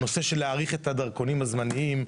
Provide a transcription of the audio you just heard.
הנושא של להאריך את הדרכונים הזמניים,